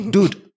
Dude